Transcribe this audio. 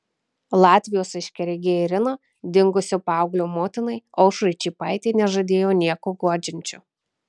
latvijos aiškiaregė irina dingusio paauglio motinai aušrai čypaitei nežadėjo nieko guodžiančio